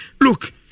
Look